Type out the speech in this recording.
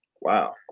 Wow